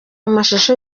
amashusho